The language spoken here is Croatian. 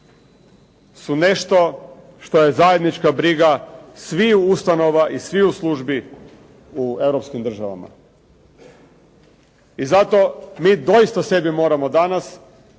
su nešto što je zajednička briga svih ustanova i svih službi u Europskim državama. I zato mi doista sebi moramo danas